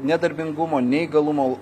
nedarbingumo neįgalumo